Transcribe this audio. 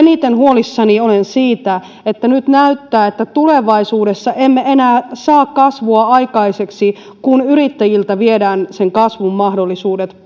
eniten huolissani olen siitä että nyt näyttää että tulevaisuudessa emme enää saa kasvua aikaiseksi kun yrittäjiltä viedään sen kasvun mahdollisuudet